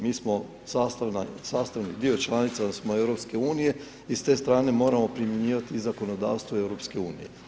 Mi smo sastavni dio, članice smo EU, i s te strane moramo primjenjivati i zakonodavstvo EU.